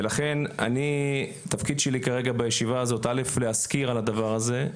ולכן התפקיד שלי בישיבה הזאת הוא קודם כל להזכיר על הדבר הזה,